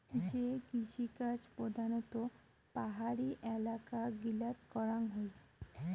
যে কৃষিকাজ প্রধানত পাহাড়ি এলাকা গিলাত করাঙ হই